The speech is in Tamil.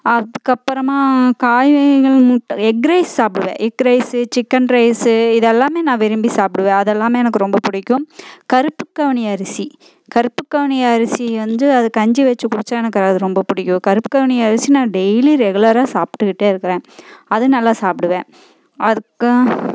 அதுக்கப்புறமா காய்கறிகள் முட்டை எக் ரைஸ் சாப்பிடுவேன் எக் ரைஸ்ஸு சிக்கன் ரைஸ்ஸு இது எல்லாமே நான் விரும்பி சாப்பிடுவேன் அது எல்லாமே எனக்கு ரொம்ப பிடிக்கும் கருப்பு கவுனி அரிசி கருப்பு கவுனி அரிசி வந்து அது கஞ்சி வச்சு குடித்தா எனக்கு அது ரொம்ப பிடிக்கும் கருப்பு கவுனி அரிசி நா டெய்லியும் ரெகுலராக சாப்பிட்டுக்கிட்டே இருக்கிறேன் அது நல்லா சாப்பிடுவேன் அதுக்கு